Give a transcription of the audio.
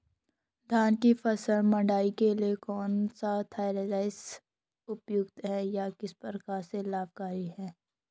धान की फसल मड़ाई के लिए कौन सा थ्रेशर उपयुक्त है यह किस प्रकार से लाभकारी है?